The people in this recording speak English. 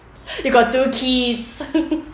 you got two kids